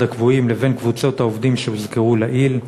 הקבועים לבין קבוצות העובדים שהוזכרו לעיל?